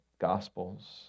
Gospels